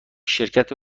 شرکت